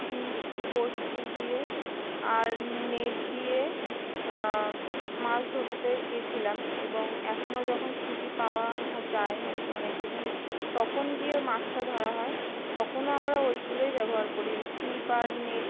ছিপ বঁড়শি দিয়ে আর নেট দিয়ে মাছ ধরতে গেছিলাম এবং এখনও যখন ছুটি পাওয়া যায় আর কি অনেক দিনের তখন গিয়ে মাছটা ধরা হয় তখনও আমরা ওইগুলোই ব্যবহার করি ছিপ আর নেট